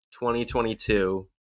2022